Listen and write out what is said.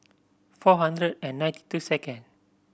four hundred and ninety two second